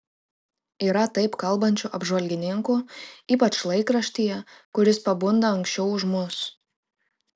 yra taip kalbančių apžvalgininkų ypač laikraštyje kuris pabunda anksčiau už mus